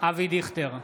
אבי דיכטר,